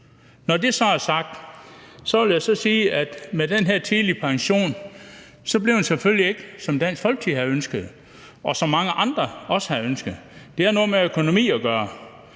Når det så er sagt, vil jeg sige, at den her tidlige pension selvfølgelig ikke blev, som Dansk Folkeparti havde ønsket, og som mange andre også havde ønsket. Det har noget med økonomi at gøre,